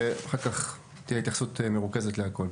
ואחר כך תהיה התייחסות מרוכזת להכל.